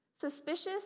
suspicious